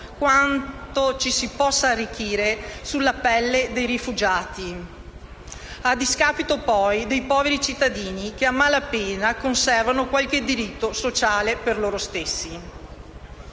quanto ci si possa arricchire sulla pelle dei rifugiati a discapito poi dei poveri cittadini, che a malapena conservano qualche diritto sociale per loro stessi.